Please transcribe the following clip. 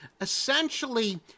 Essentially